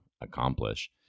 accomplish